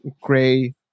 gray